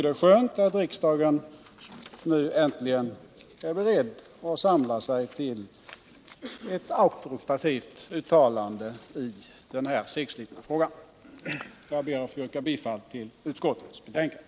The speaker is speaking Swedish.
Det är skönt att riksdagen nu äntligen är beredd att samla sig till ett auktoritativt uttalande i den här segslitna frågan. Jag ber att få yrka bifall till utskottets betänkande.